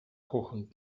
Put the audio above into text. kochen